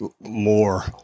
more